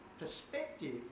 perspective